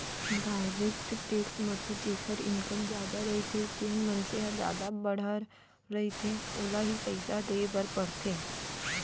direct tax म तो जेखर इनकम जादा रहिथे जेन मनसे ह जादा बड़हर रहिथे ओला ही पइसा देय बर परथे